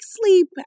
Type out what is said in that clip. sleep